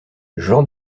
gens